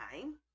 time